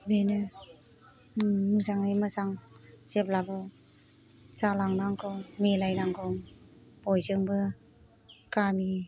बेनो मोजाङै मोजां जेब्लाबो जालांनांगौ मिलायनांगौ बयजोंबो गामि